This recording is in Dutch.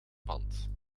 pand